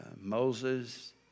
Moses